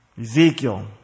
Ezekiel